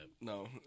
No